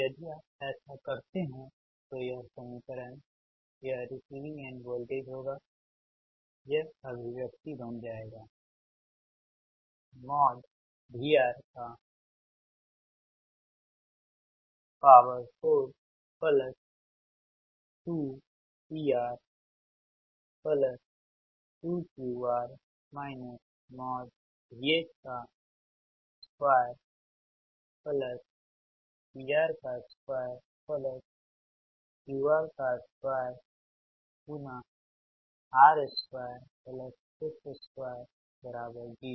यदि आप ऐसा करते हैं तो यह समीकरण यह रिसीविंग एंड वोल्टेज होगा यह अभिव्यक्ति बन जाएगा VR 42PRr2QRr VS 2PR 2QR 2r 2x 20